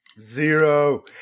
Zero